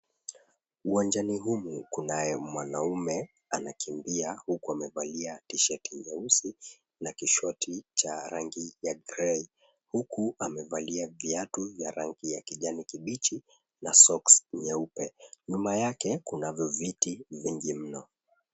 Uwanjani humu kunae mwanaume anakimbia huku amevalia tisheti nyeusi na kishoti cha rangi ya grey ,huku amevalia viatu vya rangi ya kijani kibichi na socks nyeupe. Nyuma yake kunavyo viti vingi mno.